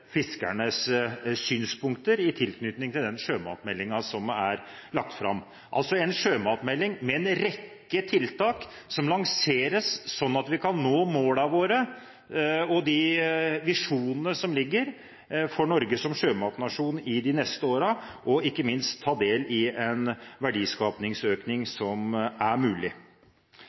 fiskernes synspunkter i tilknytning til den sjømatmeldingen som er lagt fram. Vi har altså en sjømatmelding med en rekke tiltak som lanseres, sånn at vi kan nå målene våre og visjonene som ligger for Norge som sjømatnasjon i de neste årene, og ikke minst ta del i en verdiskapingsøkning som er mulig.